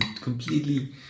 completely